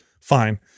Fine